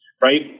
right